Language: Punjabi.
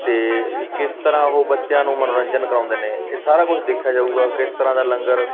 ਅਤੇ ਕਿਸ ਤਰ੍ਹਾਂ ਉਹ ਬੱਚਿਆਂ ਨੂੰ ਮਨੋਰੰਜਨ ਕਰਵਾਉਂਦੇ ਨੇ ਇਹ ਸਾਰਾ ਕੁਛ ਦੇਖਿਆ ਜਾਵੇਗਾ ਕਿਸ ਤਰ੍ਹਾਂ ਦਾ ਲੰਗਰ